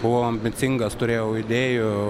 buvau ambicingas turėjau idėjų